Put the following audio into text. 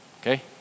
Okay